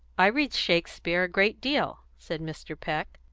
i read shakespeare a great deal, said mr. peck.